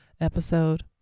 episode